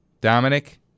Dominic